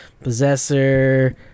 Possessor